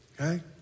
okay